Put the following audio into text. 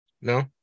No